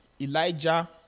Elijah